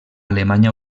alemanya